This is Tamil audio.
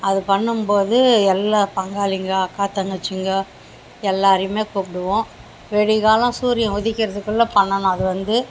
அது பண்ணும்போது எல்லா பங்காளிங்க அக்கா தங்கச்சிங்க எல்லோரையுமே கூப்பிடுவோம் விடிகால சூரியன் உதிக்கிறதுக்குள்ளே பண்ணணும் அது வந்து